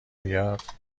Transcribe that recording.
بیاد